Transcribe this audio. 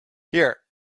here